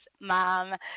Mom